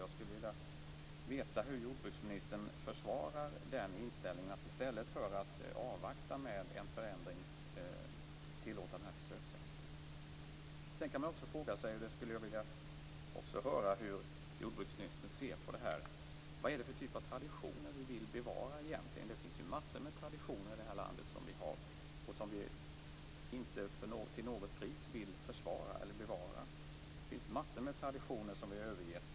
Jag skulle vilja veta hur jordbruksministern försvarar inställningen att man skall tillåta försöksjakten i stället för att avvakta med en förändring. Jag skulle också vilja höra hur jordbruksministern ser på detta med traditioner. Vad är det för traditioner vi vill bevara egentligen? Det finns ju massor av traditioner i det här landet som vi inte till något pris vill bevara. Det finns massor av traditioner som vi har övergett.